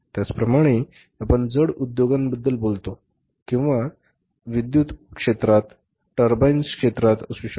त्याचप्रमाणे आपण जड उद्योगांबद्दल बोलतो किंवा विद्युत क्षेत्रात टर्बाइन्स क्षेत्रात असू शकतो